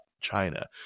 China